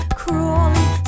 crawling